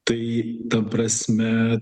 tai ta prasme